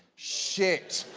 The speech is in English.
shit.